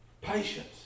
Patience